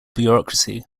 bureaucracy